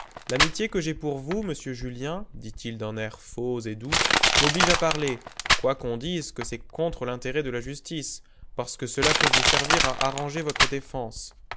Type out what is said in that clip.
l'amitié que j'ai pour vous monsieur julien dit-il d'un air faux et doux m'oblige à parler quoiqu'on dise que c'est contre l'intérêt de la justice parce que cela peut vous servir à arranger votre défense